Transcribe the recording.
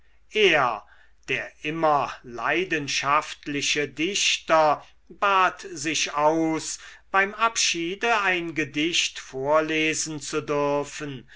er der immer leidenschaftliche dichter bat sich aus beim abschiede ein gedicht vorlesen zu dürfen